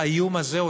האיוּם הזה,